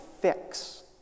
fix